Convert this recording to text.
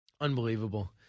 unbelievable